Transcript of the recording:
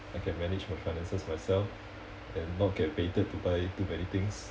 I can manage my finances myself and not get baited to buy too many things